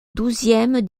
douzième